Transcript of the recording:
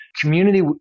community